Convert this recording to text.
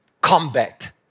combat